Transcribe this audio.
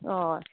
हय